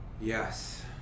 Yes